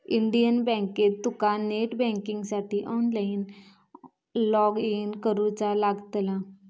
Indian बँकेत तुका net बँकिंगसाठी ऑनलाईन लॉगइन करुचा लागतला